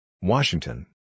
Washington